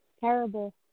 terrible